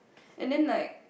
and then like